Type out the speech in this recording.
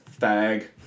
fag